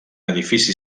edifici